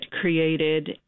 created